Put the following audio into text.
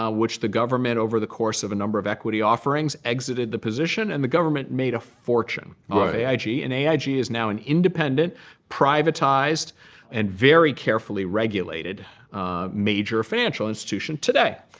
ah which the government over the course of a number of equity offerings exited the position. and the government made a fortune of aig. and aig is now an independent privatized and very carefully regulated major financial institution today.